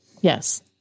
yes